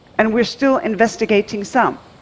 and we're still investigating some.